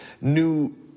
new